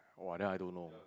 !wah! then I don't know